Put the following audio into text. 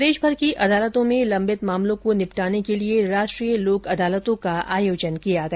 प्रदेशभर की अदालतों में लम्बित मामलों को निपटाने के लिए राष्ट्रीय लोक अदालतों का आयोजन किया गया